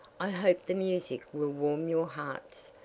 i hope the music will warm your hearts,